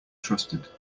trusted